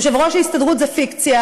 יושב-ראש ההסתדרות זה פיקציה,